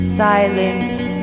silence